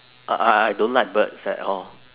I I I don't like birds at all